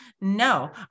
no